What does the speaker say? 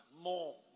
More